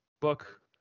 book